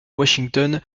washington